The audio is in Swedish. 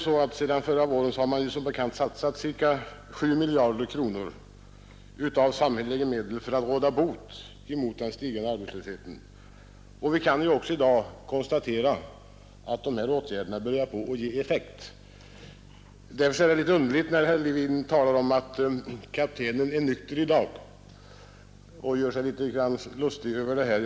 Sedan förra våren har man som bekant satsat ca 7 miljarder kronor av samhälleliga medel för att råda bot på den stigande arbetslösheten, och vi kan i dag också konstatera att dessa åtgärder börjar ge effekt. Därför är det litet underligt när herr Levin gör sig lustig över det och talar om att ”kaptenen är nykter i dag”.